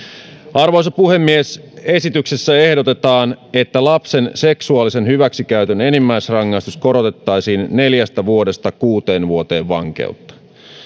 arvoisa puhemies esityksessä ehdotetaan että lapsen seksuaalisen hyväksikäytön enimmäisrangaistus korotettaisiin neljästä vuodesta kuuteen vuoteen vankeutta